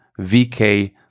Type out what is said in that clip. VK